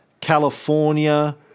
California